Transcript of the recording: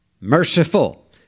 merciful